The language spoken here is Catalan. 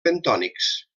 bentònics